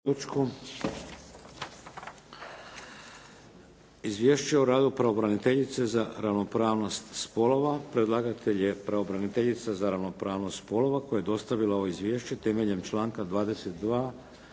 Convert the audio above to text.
Izvješće o radu pravobraniteljice za ravnopravnost spolova Predlagatelj je pravobraniteljica za ravnopravnost spolova koja je dostavila ovo izvješće temeljem članka 22.